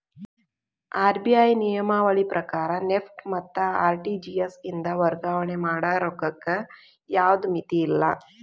RBI ನಿಯಮಾವಳಿ ಪ್ರಕಾರ NEFT ಮತ್ತ ಆರ್.ಟಿ.ಜಿ.ಎಸ್ ಇಂದ ವರ್ಗಾವಣೆ ಮಾಡ ರೊಕ್ಕಕ್ಕ ಯಾವ್ದ್ ಮಿತಿಯಿಲ್ಲ